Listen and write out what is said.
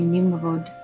Nimrod